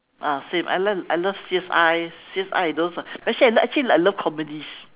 ah same I love I love C_S_I C_S_I those ah actually actually I love comedies